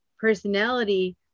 personality